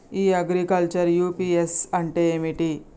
ఇ agriculture UPSC అంటే ఏమిటి?